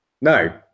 No